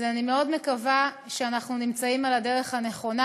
אז אני מאוד מקווה שאנחנו נמצאים בדרך הנכונה.